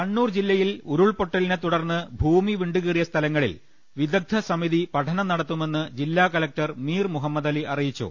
കണ്ണൂർ ജില്ലയിൽ ഉരുൾപൊട്ടലിനെതുടർന്ന് ഭൂമി വിണ്ടുകീറിയ സ്ഥലങ്ങളിൽ വിദഗ്ധസമിതി പഠനം നടത്തുമെന്ന് ജില്ലാ കലക്ടർ മീർമുഹമ്മദലി അറിയിച്ചു